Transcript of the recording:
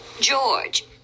George